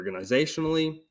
Organizationally